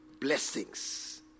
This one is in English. blessings